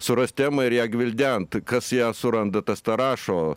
surast temą ir ją gvildent kas ją suranda tas tą rašo